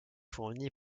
fournie